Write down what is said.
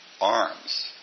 arms